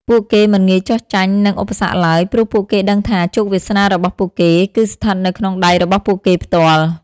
ពួកគេមិនងាយចុះចាញ់នឹងឧបសគ្គឡើយ ព្រោះពួកគេដឹងថាជោគវាសនារបស់ពួកគេគឺស្ថិតនៅក្នុងដៃរបស់ពួកគេផ្ទាល់។